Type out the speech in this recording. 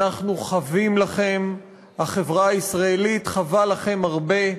אנחנו חבים לכם, החברה הישראלית חבה לכם הרבה,